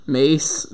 Mace